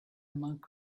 monk